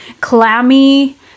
clammy